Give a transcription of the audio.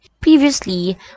Previously